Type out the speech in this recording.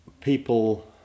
people